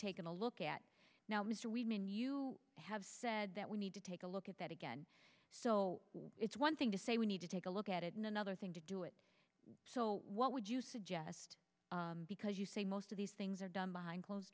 taken a look at now mr women you have said that we need to take a look at that again so it's one thing to say we need to take a look at it and another thing to do it so what would you suggest because you say most of these things are done behind closed